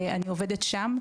אני עובדת שם,